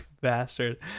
bastard